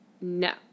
no